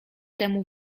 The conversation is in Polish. temu